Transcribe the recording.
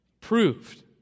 proved